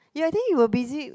ya I think you're busy